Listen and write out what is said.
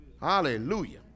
Hallelujah